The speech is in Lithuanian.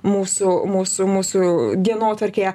mūsų mūsų mūsų dienotvarkėje